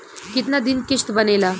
कितना दिन किस्त बनेला?